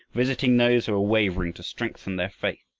visiting those who were wavering to strengthen their faith,